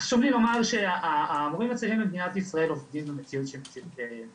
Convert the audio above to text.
חשוב לי לומר שהמורים הצעירים במדינת ישראל עובדים במציאות מאתגרת.